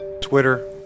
Twitter